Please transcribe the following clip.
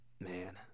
man